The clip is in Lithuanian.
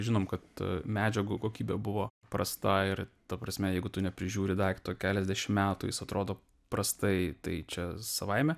žinom kad medžiagų kokybė buvo prasta ir ta prasme jeigu tu neprižiūri daikto keliasdešim metų jis atrodo prastai tai čia savaime